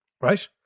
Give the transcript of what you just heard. right